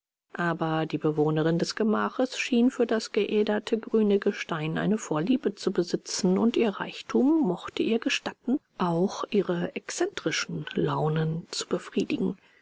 aber die bewohnerin des gemaches schien für das geäderte grüne gestein eine vorliebe zu besitzen und ihr reichtum mochte ihr gestatten auch ihre exzentrischen launen zu befriedigen